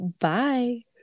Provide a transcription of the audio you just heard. Bye